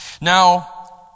Now